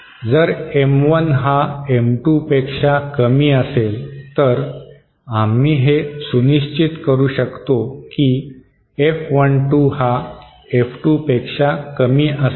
जर M1 हा M2 पेक्षा कमी असेल तर आम्ही हे सुनिश्चित करू शकतो की F 12 हा F 2 पेक्षा कमी असेल